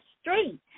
street